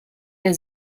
der